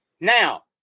Now